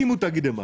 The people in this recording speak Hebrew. הקימו תאגידי מים.